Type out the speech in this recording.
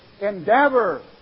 endeavor